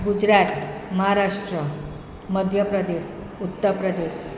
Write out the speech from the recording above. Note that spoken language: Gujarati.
ગુજરાત મહારાષ્ટ્ર મધ્યપ્રદેશ ઉત્તરપ્રદેશ